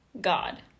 God